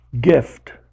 gift